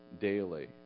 daily